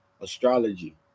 astrology